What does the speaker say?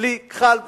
בלי כחל ושרק.